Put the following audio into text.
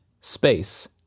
space